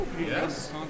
Yes